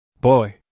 Boy